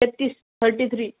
एकतीस thirty three